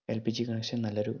L P G connection നല്ലൊരു